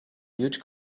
huge